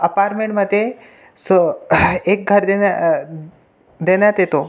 अपार्मेंटमध्ये सो एक घर देण्या देण्यात येते